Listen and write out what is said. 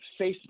Facebook